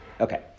Okay